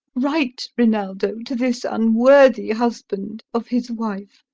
write, rinaldo, to this unworthy husband of his wife